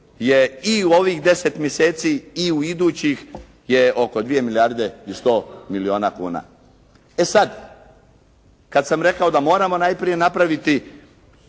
je i u ovih 10 mjeseci i u idućih je oko 2 milijarde i 100 milijuna kuna. E sada kada sam rekao da moramo najprije napraviti